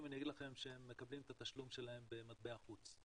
אם אני אגיד לכם שהם מקבלים את התשלום שלהם במטבע חוץ.